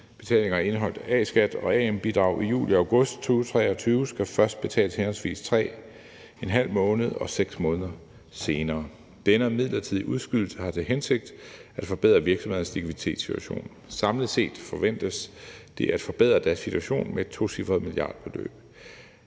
betalinger af indeholdt A-skat og AM-bidrag i juli og august 2023 skal først betales henholdsvis 3½ måned og 6 måneder senere. Denne midlertidige udskydelse har til hensigt at forbedre virksomhedernes likviditetssituation. Samlet set forventes det at forbedre deres situation med et tocifret milliardbeløb.